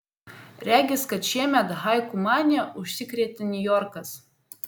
regis kad šiemet haiku manija užsikrėtė niujorkas